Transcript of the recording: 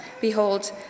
Behold